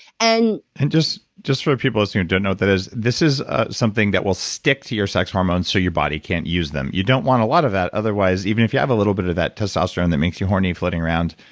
and and just just for people listening who don't know what that is, this is something that will stick to your sex hormones so your body can't use them. you don't want a lot of that, otherwise, even if you have a little bit of that testosterone that makes you horny floating around,